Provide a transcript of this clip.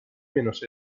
menos